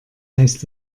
heißt